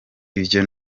ivyo